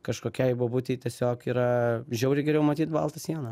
kažkokiai bobutei tiesiog yra žiauriai geriau matyt baltą sieną